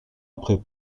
après